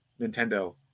Nintendo